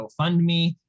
GoFundMe